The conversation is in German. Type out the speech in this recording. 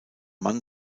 mann